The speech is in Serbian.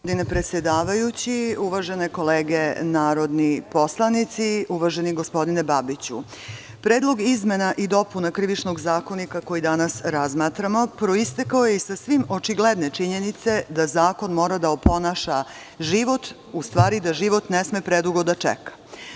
Gospodine predsedavajući, uvažene kolege narodni poslanici, uvaženi gospodine Babiću, Predlog izmena i dopuna Krivičnog zakonika koji danas razmatramo proistekao je iz sasvim očigledne činjenice da zakon mora da oponaša život, u stvari da život ne sme predugo da čeka.